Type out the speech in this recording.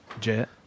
Jet